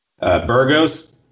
Burgos